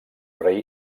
rei